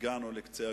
שהגענו לקצה הגבול.